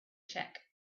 check